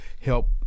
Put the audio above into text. help